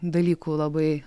dalykų labai